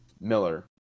Miller